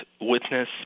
witness